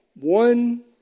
One